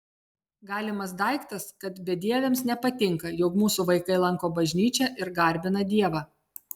galimas daiktas kad bedieviams nepatinka jog mūsų vaikai lanko bažnyčią ir garbina dievą